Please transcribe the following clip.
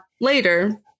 later